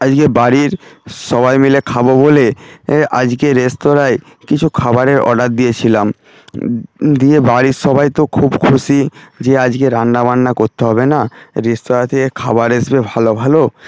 আজকে বাড়ির সবাই মিলে খাবো বলে আজকে রেস্তোরাঁয় কিছু খাবারের অর্ডার দিয়েছিলাম দিয়ে বাড়ির সবাই তো খুব খুশি যে আজকে রান্না বান্না করতে হবে না রেস্তোরাঁ থেকে খাবার এসবে ভালো ভালো